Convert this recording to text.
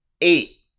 Eight